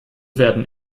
werden